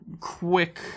quick